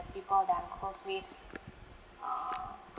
people that I'm close with err